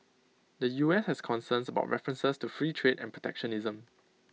the U S has concerns about references to free trade and protectionism